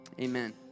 Amen